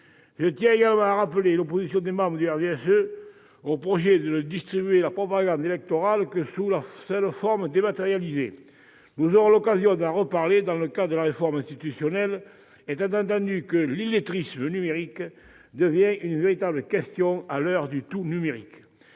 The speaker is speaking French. Je tiens également à rappeler l'opposition des membres du groupe du RDSE au projet de ne distribuer la propagande électorale que sous sa seule forme dématérialisée. Nous aurons l'occasion d'en reparler dans le cadre de la réforme institutionnelle, étant entendu que « l'illettrisme numérique » devient une véritable question à l'heure du tout-numérique.